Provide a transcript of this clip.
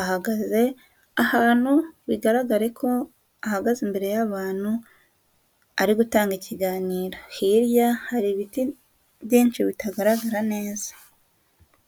ahagaze ahantu bigaragara ko ahagaze imbere y'abantu ari gutanga ikiganiro, hirya hari ibiti byinshi bitagaragara neza.